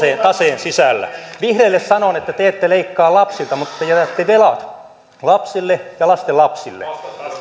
taseen sisällä vihreille sanon että te te ette leikkaa lapsilta mutta te te jätätte velat lapsille ja lastenlapsille